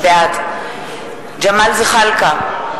בעד ג'מאל זחאלקה,